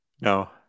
No